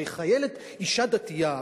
הרי אשה דתייה,